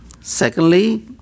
secondly